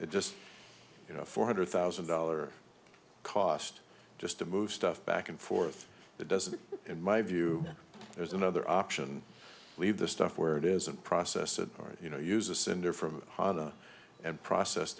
it just you know four hundred thousand dollar cost just to move stuff back and forth it doesn't in my view there's another option leave the stuff where it is and process it you know use a cinder from and process